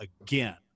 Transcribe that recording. again